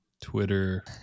Twitter